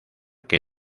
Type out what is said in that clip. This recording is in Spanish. que